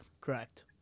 Correct